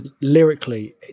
Lyrically